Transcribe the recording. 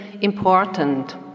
important